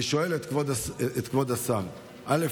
אני שואל את כבוד השר: א.